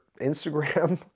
Instagram